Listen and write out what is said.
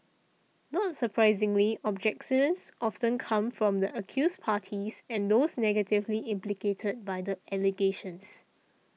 not surprisingly objections often come from the accused parties and those negatively implicated by the allegations